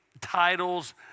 titles